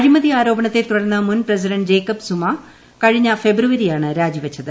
അഴിമിട്ടു് ആരോപണത്തെ തുടർന്ന് മുൻ പ്രസിഡന്റ് ജേക്കബ് സുമു കീഴിഞ്ഞ ഫെബ്രുവരിയാണ് രാജി വെച്ചത്